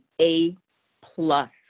A-plus